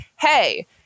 hey